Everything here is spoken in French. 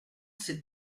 ces